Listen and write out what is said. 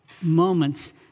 moments